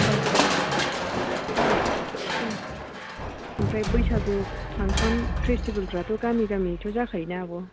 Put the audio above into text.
औ औ उम उम आमफ्राय बैसागु फांशन फेस्टिभेलफ्राथ' गामि गामि जाखायोना आब'